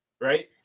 right